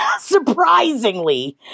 surprisingly